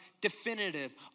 definitive